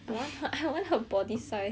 but I still want my boobs